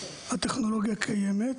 הטכנולוגיה קיימת,